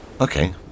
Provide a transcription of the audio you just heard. okay